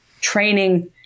training